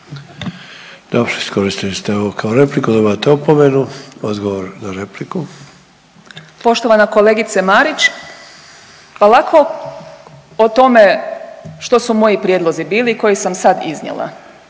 Dobro, iskoristili ste ovo kao repliku, dobivate opomenu. Odgovor na repliku. **Ahmetović, Mirela (SDP)** Poštovana kolegice Marić, pa lako o tome što su moji prijedlozi bili koje sam sad iznijela.